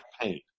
pain